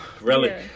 Relic